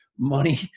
money